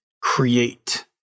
create